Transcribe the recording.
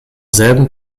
selben